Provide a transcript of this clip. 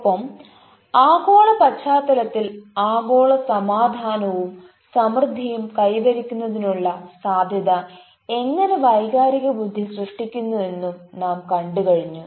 ഒപ്പം ആഗോള പശ്ചാത്തലത്തിൽ ആഗോള സമാധാനവും സമൃദ്ധിയും കൈവരിക്കുന്നതിനുള്ള സാധ്യത എങ്ങനെ വൈകാരിക ബുദ്ധി സൃഷ്ടിക്കുന്നു എന്നും നാം കണ്ടു കഴിഞ്ഞു